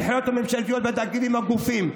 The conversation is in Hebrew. בשירות המדינה ובחברות הממשלתיות והתאגידים והגופים.